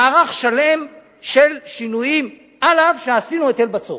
מערך שלם של שינויים, אף שעשינו היטל בצורת.